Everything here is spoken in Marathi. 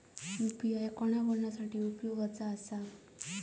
यू.पी.आय कोणा कोणा साठी उपयोगाचा आसा?